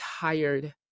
tired